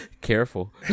careful